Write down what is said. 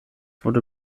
wurde